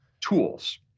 tools